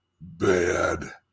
bad